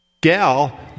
gal